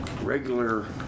regular